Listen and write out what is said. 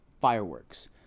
fireworks